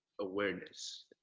awareness